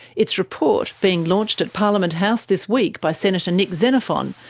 its report, being launched at parliament house this week by senator nick xenophon,